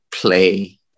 play